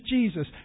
Jesus